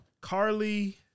Carly